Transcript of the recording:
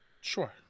Sure